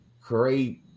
create